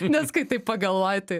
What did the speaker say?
nes kai tai pagalvoji tai